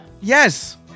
Yes